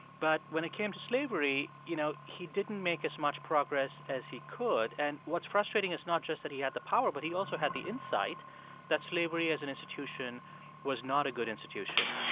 but when it came to slavery, you know, he didn't make as much progress as he could and what's frustrating is not just that he had the power, but he also had the insight that slavery as an institution was not a good institution.